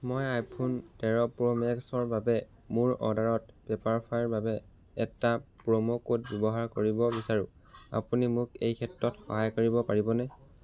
মই আইফোন তেৰ প্ৰ'মেক্সৰ বাবে মোৰ অৰ্ডাৰত পেপাৰফ্ৰাইৰ বাবে এটা প্ৰম' কোড ব্যৱহাৰ কৰিব বিচাৰোঁ আপুনি মোক এই ক্ষেত্ৰত সহায় কৰিব পাৰিবনে